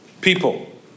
people